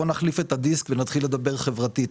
בואו נחליף את הדיסק ונתחיל לדבר חברתית.